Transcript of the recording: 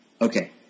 okay